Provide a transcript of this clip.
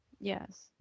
Yes